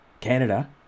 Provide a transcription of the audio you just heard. Canada